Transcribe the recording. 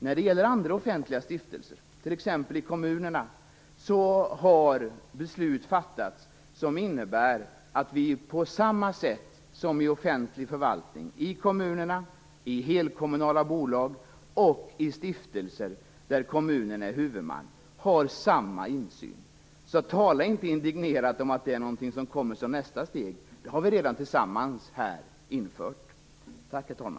När det gäller andra offentliga stiftelser, t.ex. i kommunerna, har beslut fattats som innebär att vi på samma sätt som i offentlig förvaltning - i kommunerna, i helkommunala bolag och i stiftelser där kommunen är huvudman - har samma insyn. Så tala inte indignerat om att det är någonting som kommer som nästa steg. Vi har redan, tillsammans, infört det här.